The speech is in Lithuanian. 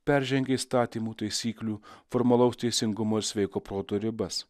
peržengia įstatymų taisyklių formalaus teisingumo ir sveiko proto ribas